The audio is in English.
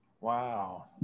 wow